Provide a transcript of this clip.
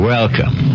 Welcome